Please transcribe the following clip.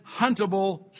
huntable